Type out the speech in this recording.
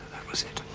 was it.